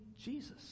Jesus